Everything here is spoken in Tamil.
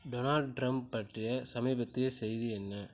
டொனால்ட் ட்ரம்ப் பற்றிய சமீபத்திய செய்தி என்ன